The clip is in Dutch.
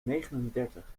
negenendertig